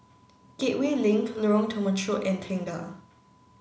Gateway Link Lorong Temechut and Tengah